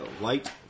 Light